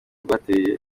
rwatewe